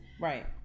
Right